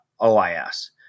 OIS